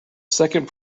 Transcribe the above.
second